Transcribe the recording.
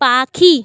পাখি